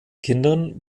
kindern